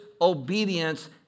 obedience